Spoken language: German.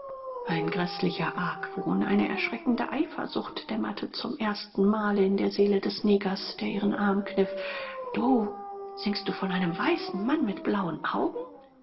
ein gräßlicher argwohn eine erschreckende eifersucht dämmerte zum ersten male in der seele des negers der ihren arm kniff du singst du von einem weißen mann mit blauen augen